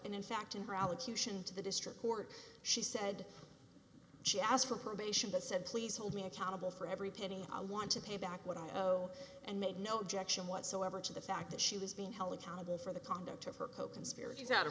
and in fact in her allocution to the district court she said she asked for probation but said please hold me accountable for every penny i want to pay back what i owe and make no objection whatsoever to the fact that she was being held accountable for the conduct of her coconspirators out